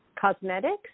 Cosmetics